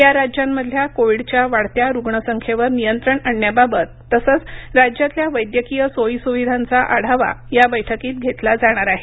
या राज्यांमधल्या कोविडच्या वाढत्या रुग्ण संख्येवर नियंत्रण आणण्याबाबत तसंच राज्यातल्या वैद्यकीय सोयीसुविधांचा आढावा या बैठकीत घेतला जाणार आहे